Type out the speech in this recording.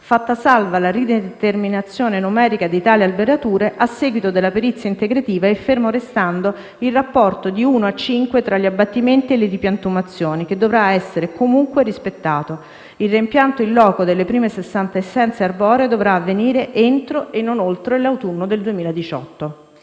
fatta salva la rideterminazione numerica di tali alberature a seguito della perizia integrativa e fermo restando il rapporto di uno a cinque tra gli abbattimenti e le ripiantumazioni, che dovrà essere comunque rispettato. Il reimpianto *in loco* delle prime 60 essenze arboree dovrà avvenire entro e non oltre l'autunno del 2018.